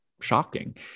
shocking